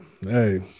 hey